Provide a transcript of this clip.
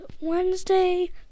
Wednesday